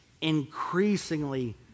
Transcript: increasingly